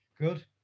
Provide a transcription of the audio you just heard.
Good